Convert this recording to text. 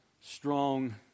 strong